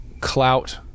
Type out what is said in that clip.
clout